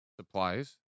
Supplies